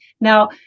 Now